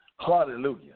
Hallelujah